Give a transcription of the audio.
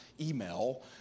email